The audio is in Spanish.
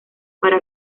para